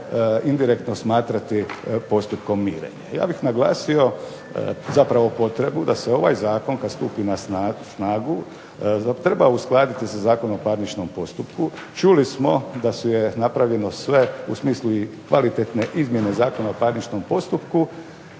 indirektno smatrati postupkom mirenja. Ja bih naglasio potrebu da se ovaj Zakon kada stupi na snagu treba uskladiti sa Zakonom o parničnom postupku. Čuli smo da je napravljeno sve u smislu kvalitetne izmjene Zakona o parničnom postupku